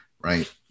right